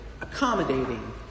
accommodating